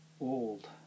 old